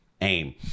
aim